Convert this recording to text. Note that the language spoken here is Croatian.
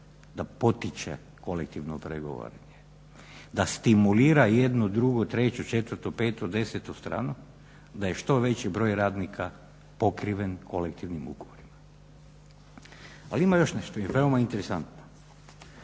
da potiče kolektivno pregovaranje, da stimulira 1,2,3,4,5,10 stranu, da je što veći broj radnika pokriven kolektivnim ugovorima. Ali ima još nešto i veoma interesantno,